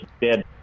dead